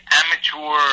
amateur